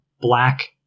black